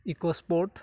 EcoSport